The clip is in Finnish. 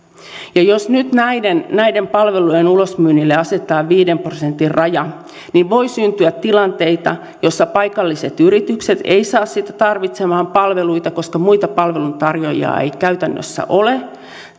jos nyt näiden näiden palvelujen ulosmyynnille asetetaan viiden prosentin raja niin voi syntyä tilanteita joissa paikalliset yritykset eivät saa tarvitsemiaan palveluita koska muita palveluntarjoajia ei käytännössä ole